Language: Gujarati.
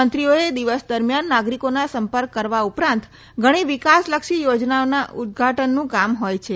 મંત્રીઓએ દિવસ દરમિયાન નાગરીકોના સંપર્ક કરવા ઉપરાંત ધણી વિકાસલક્ષી યોજનાઓના ઉદ્વાટનનું કામ હોય છે